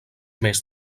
més